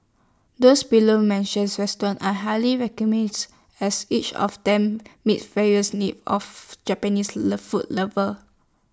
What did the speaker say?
this below measures restaurants are highly as each of them meets various needs of Japanese love food lovers